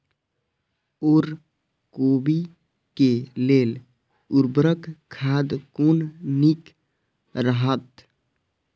ओर कोबी के लेल उर्वरक खाद कोन नीक रहैत?